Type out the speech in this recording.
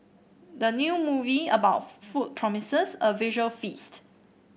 the new movie about food promises a visual feast